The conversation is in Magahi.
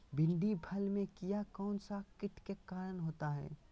भिंडी फल में किया कौन सा किट के कारण होता है?